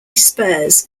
spurs